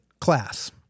class